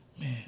man